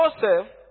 joseph